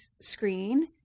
screen